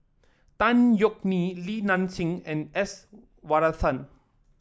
Tan Yeok Nee Li Nanxing and S Varathan